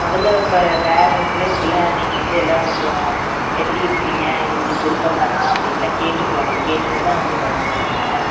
முதலில் இப்போ பேரண்ட்ஸ்ஸுலாம் இதுக்கெலாம் நீங்கள் வந்து எல்லாம் கொஞ்சம் எப்படி இருக்கீறிங்க இது உங்களுக்கு விருப்பம் தானா அப்படின்லாம் கேட்டுக்குவாங்க கேட்டுட்டு தான் வந்து பண்ணுவாங்கங்க